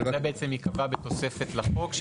זה ייקבע בתוספת לחוק,